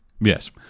Yes